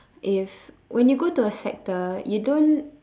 if when you go to a sector you don't